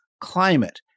climate